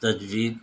تجوید